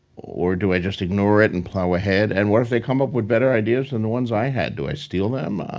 or do i just ignore it and plow ahead? and what if they come up with better ideas than the ones i had? do i steal them?